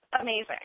amazing